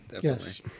Yes